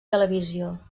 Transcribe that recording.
televisió